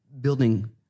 building